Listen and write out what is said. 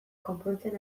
konpontzen